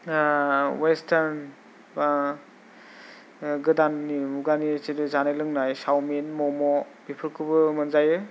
western गोदाननि मुगानि जिथु जानाय लोंनाय सावमिन म'म' बेफोरखौबो मोनजायो